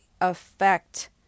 affect